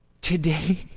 Today